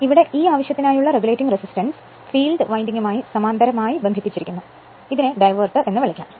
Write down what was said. ഇവിടെ ഈ ആവശ്യത്തിനായുള്ള റെഗുലേറ്റിംഗ് റെസിസ്റ്റൻസ് ഫീൽഡ് വിൻഡിംഗുമായി സമാന്തരമായി ബന്ധിപ്പിച്ചിരിക്കുന്നു ഇതിനെ ഡൈവേർട്ടർ എന്ന് വിളിക്കുന്നു